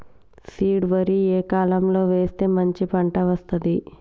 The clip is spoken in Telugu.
సీడ్ వరి ఏ కాలం లో వేస్తే మంచి పంట వస్తది?